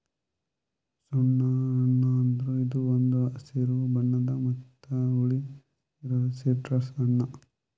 ಸುಣ್ಣ ಹಣ್ಣ ಅಂದುರ್ ಇದು ಒಂದ್ ಹಸಿರು ಬಣ್ಣದ್ ಮತ್ತ ಹುಳಿ ಇರೋ ಸಿಟ್ರಸ್ ಹಣ್ಣ